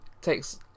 takes